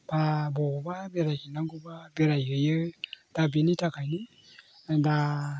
बा बबेयावबा बेरायहैनांगौबा बेरायहैयो दा बेनि थाखायनो दा